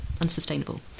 unsustainable